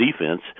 defense